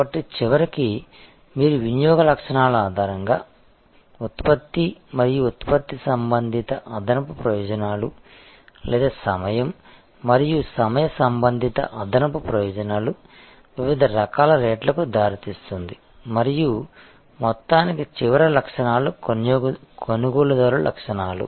కాబట్టి చివరికి మీరు వినియోగ లక్షణాల ఆధారంగా ఉత్పత్తి మరియు ఉత్పత్తి సంబంధిత అదనపు ప్రయోజనాలు లేదా సమయం మరియు సమయ సంబంధిత అదనపు ప్రయోజనాలు వివిధ రకాల రేట్లకు దారితీస్తుంది మరియు మొత్తానికి చివరి లక్షణాలు కొనుగోలుదారు లక్షణాలు